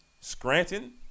Scranton